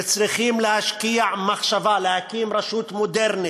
וצריכים להשקיע מחשבה להקים רשות מודרנית,